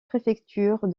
préfecture